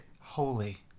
holy